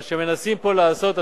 מה שמנסים פה לעשות,